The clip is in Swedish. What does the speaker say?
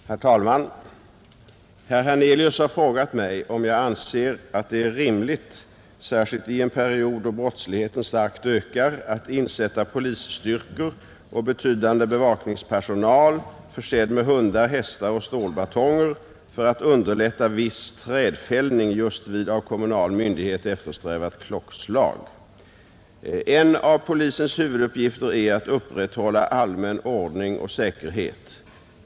Herr talman! Herr Hernelius har frågat mig om jag anser att det är rimligt — särskilt i en period då brottsligheten starkt ökar — att insätta polisstyrkor och betydande bevakningspersonal försedd med hundar, hästar och stålbatonger för att underlätta viss trädfällning just vid av kommunal myndighet eftersträvat klockslag. En av polisens huvuduppgifter är att upprätthålla ordning och säkerhet.